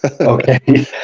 Okay